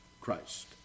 Christ